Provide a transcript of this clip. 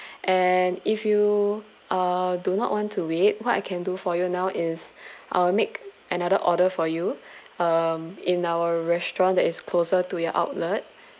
and if you uh do not want to wait what I can do for you now is I'll make another order for you um in our restaurant that is closer to your outlet